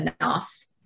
enough